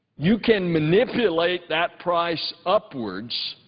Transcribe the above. you can manipulate that price upwards